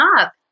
up